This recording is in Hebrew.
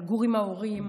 לגור עם ההורים,